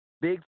big